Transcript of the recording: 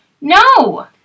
No